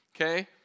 okay